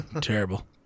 Terrible